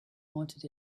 wanted